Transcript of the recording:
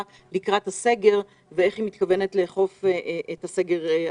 לקראת הסגר ואיך היא מתכוונת לאכוף את הסגר.